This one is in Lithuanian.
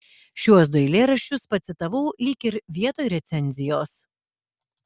šiuos du eilėraščius pacitavau lyg ir vietoj recenzijos